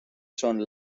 son